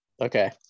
Okay